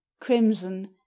Crimson